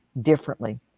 differently